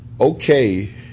okay